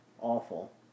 Awful